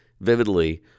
vividly